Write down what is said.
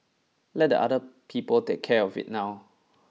let the other people take care of it now